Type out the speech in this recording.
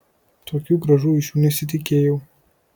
tokių grąžų iš jų nesitikėjau